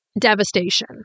devastation